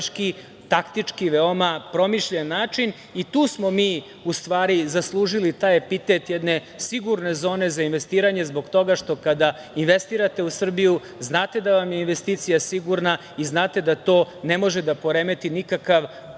strateški, taktički, veoma promišljen način i tu smo mi u stvari zaslužili taj epitet jedne sigurne zone za investiranje, zbog toga što kada investirate u Srbiju, znate da vam je investicija sigurna i znate da to ne može da poremeti nikakav